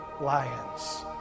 lions